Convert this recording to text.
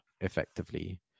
effectively